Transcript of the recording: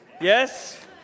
yes